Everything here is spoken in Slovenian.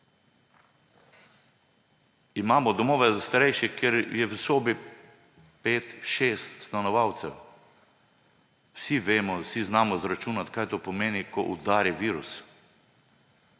Imamo domove za starejše, kjer je v sobi 5, 6 stanovalcev. Vsi vemo in vsi znamo izračunati, kaj to pomeni, ko udari virus.